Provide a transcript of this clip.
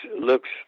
looks